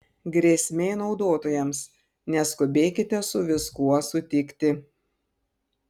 grėsmė naudotojams neskubėkite su viskuo sutikti